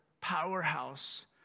powerhouse